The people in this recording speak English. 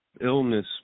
illness